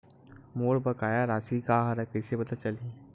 मोर बकाया राशि का हरय कइसे पता चलहि?